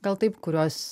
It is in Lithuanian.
gal taip kuriuos